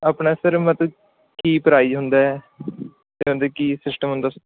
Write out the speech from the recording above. ਆਪਣਾ ਸਰ ਮਤਲਵ ਕੀ ਪਰਾਈਜ਼ ਹੁੰਦਾ ਅਤੇ ਕੀ ਸਿਸਟਮ ਹੁੰਦਾ